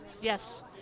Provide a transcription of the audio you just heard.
Yes